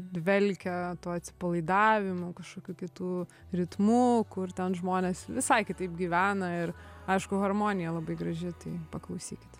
dvelkia tuo atsipalaidavimu kažkokiu kitu ritmu kur ten žmonės visai kitaip gyvena ir aišku harmonija labai graži tai paklausykit